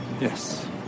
Yes